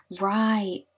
Right